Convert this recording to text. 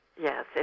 Yes